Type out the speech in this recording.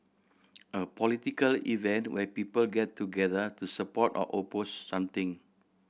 a political event where people get together to support or oppose something